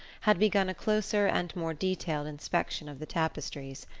had begun closer and more detailed inspection of the tapestries.